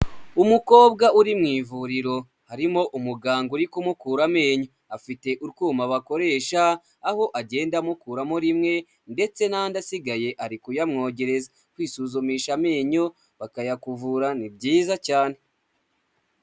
Umukobwa uri mu ivuriro, harimo umuganga uri kumukura amenyo, afite utwuma bakoresha, aho agenda amukuramo rimwe ndetse n'andi asigaye ari kuyamwogereza. Kwisuzumisha amenyo bakayakuvura ni byiza cyane.